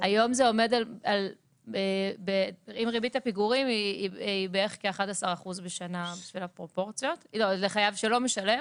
היום עם ריבית הפיגורים זה בערך 11% בשנה לחייב שלא משלם.